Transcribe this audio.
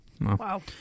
Wow